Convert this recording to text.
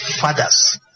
fathers